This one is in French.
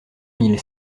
mille